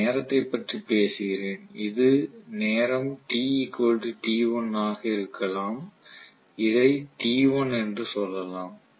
நான் நேரத்தைப் பற்றி பேசுகிறேன் இது நேரம் t t1 ஆக இருக்கலாம் இதை t1 என்று சொல்லலாம்